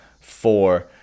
four